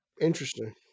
Interesting